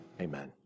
Amen